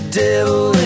devil